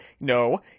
no